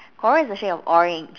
coral is a shade of orange